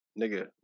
nigga